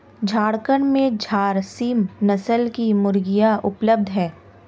झारखण्ड में झारसीम नस्ल की मुर्गियाँ उपलब्ध है